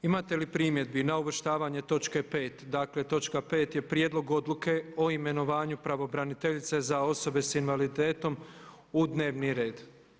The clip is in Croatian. Imate li primjedbi na uvrštavanje točke pet, dakle točka pet je Prijedlog odluke o imenovanju pravobraniteljice za osobe s invaliditetom u dnevni red?